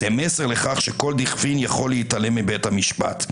זה מסר לכך שכל דיכפין יכול להתעלם מבית המשפט.